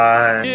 Bye